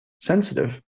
sensitive